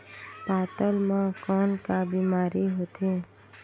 पातल म कौन का बीमारी होथे?